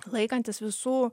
laikantis visų